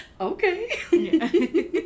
okay